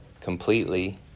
completely